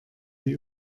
die